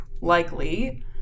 likely